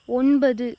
ஒன்பது